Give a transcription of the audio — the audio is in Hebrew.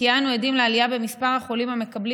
כי אנו עדים לעלייה במספר החולים המקבלים